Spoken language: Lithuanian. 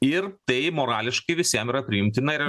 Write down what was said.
ir tai morališkai visiem yra priimtina ir